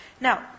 Now